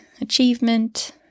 achievement